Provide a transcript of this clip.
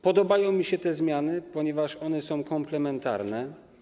Podobają mi się te zmiany, ponieważ są komplementarne.